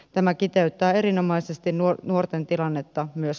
tämä kiteyttää erinomaisesti nuorten tilannetta myös